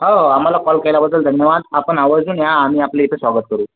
हो आम्हाला कॉल केल्याबद्दल धन्यवाद आपण आवर्जून या आम्ही आपलं इथे स्वागत करू